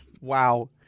wow